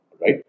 right